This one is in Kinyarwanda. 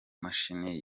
mashini